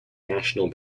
national